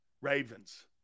Ravens